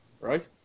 right